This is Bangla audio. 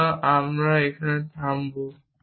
সুতরাং আমরা এখানে থামব